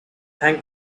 thank